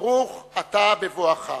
ברוך אתה בבואך.